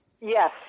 Yes